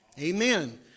Amen